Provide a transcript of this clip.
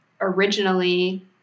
originally